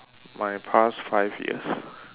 my past five years